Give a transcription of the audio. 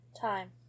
time